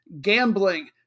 gambling